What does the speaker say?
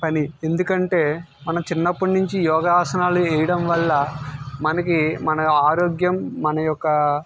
పని ఎందుకంటే మన చిన్నప్పుడు నుంచి యోగా ఆసనాలు వేయడం వల్ల మనకి మన ఆరోగ్యం మన యొక్క